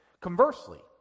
Conversely